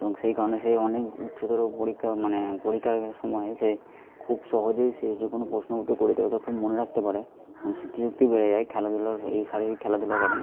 এবং সেই কারণে সে অনেক ছোটছোট পরীক্ষা মানে পরীক্ষার ওই সময় সে খুব সহজেই সে যখন প্রশ্ন উত্তর করে দেয় যখন মনে রাখতে পারে এবং স্মৃতিশক্তি বেড়ে যায় খেলাধূলার এই শারীরিক খেলাধূলার কারণে